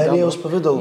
aliejaus pavidalu